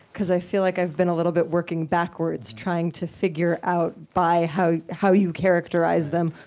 because i feel like i've been a little bit working backwards trying to figure out, by how how you characterize them,